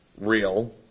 real